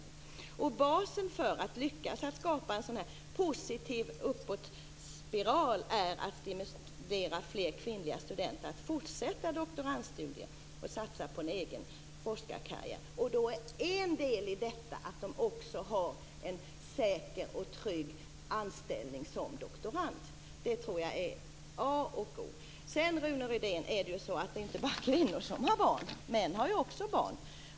Det grundläggande för att lyckas att skapa en sådan här positiv uppåtspiral är att stimulera fler kvinnliga studenter att fortsätta med doktorandstudier och satsa på en egen forskarkarriär. En del i detta är också att dessa kvinnor har en säker och trygg anställning som doktorand. Det är a och o. Sedan, Rune Rydén, är det ju inte bara kvinnor som har barn. Män har också barn.